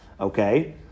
Okay